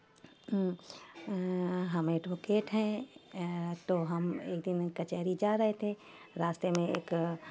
ہم ایڈوکیٹ ہیں تو ہم ایک دن کچہری جا رہے تھے راستہ میں ایک